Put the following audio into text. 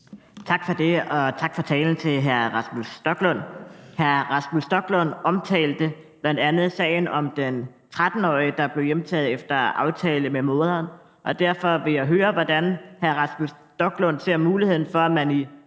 Tak for det. Og tak til hr. Rasmus Stoklund for talen. Hr. Rasmus Stoklund omtalte bl.a. sagen om den 13-årige, der blev hjemtaget efter aftale med moren, og derfor vil jeg høre, hvordan hr. Rasmus Stoklund ser på muligheden for, at man i